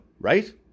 right